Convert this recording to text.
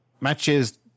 matches